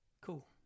cool